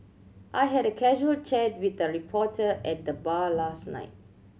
I had a casual chat with a reporter at the bar last night